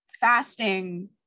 fasting